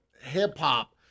hip-hop